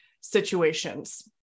situations